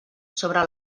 sobre